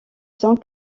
cent